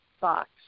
box